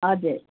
हजुर